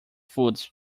foods